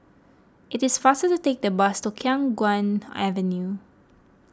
it is faster to take the bus to Khiang Guan Avenue